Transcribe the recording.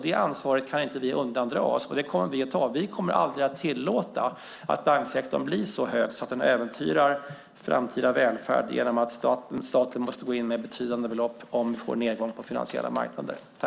Detta ansvar kan vi inte undandra oss och det kommer vi att ta. Vi kommer aldrig att tillåta att banksektorn blir så stor att den äventyrar framtida välfärd genom att staten måste gå in med betydande belopp om vi får en nedgång på de finansiella marknaderna.